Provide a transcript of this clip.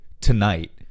tonight